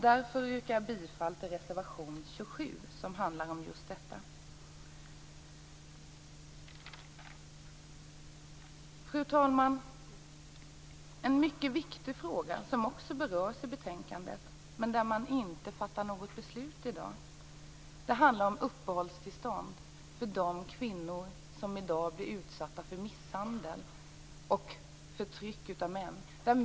Därför yrkar jag bifall till reservation 27 som handlar om just detta. Fru talman! En mycket viktig fråga, som också berörs i betänkandet men där det inte fattas något beslut i dag, handlar om uppehållstillstånd för de kvinnor som i dag blir utsatta för misshandel och förtryck av män.